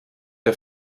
der